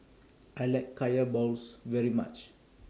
I like Kaya Balls very much